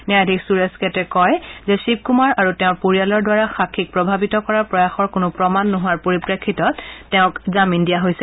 ন্যায়াধীশ সূৰেশ কেটে কয় যে শিৱকুমাৰ আৰু তেওঁৰ পৰিয়ালৰ দ্বাৰা সাক্ষীক প্ৰভাৱিত কৰা প্ৰয়াসৰ কোনো প্ৰমাণ নোহোৱাৰ পৰিপ্ৰেক্ষিতত তেওঁক জামিন দিয়া হৈছে